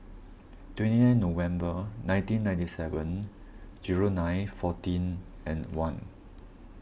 twenty nine November nineteen ninety seven zero nine fourteen and one